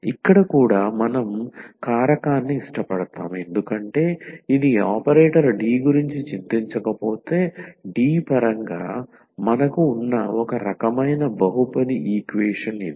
ఇక్కడ కూడా మనం కారకాన్ని ఇష్టపడతాము ఎందుకంటే ఇది ఈ ఆపరేటర్ D గురించి చింతించకపోతే D పరంగా మనకు ఉన్న ఒక రకమైన బహుపది ఈక్వేషన్ ఇది